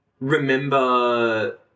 Remember